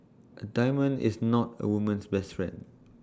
A diamond is not A woman's best friend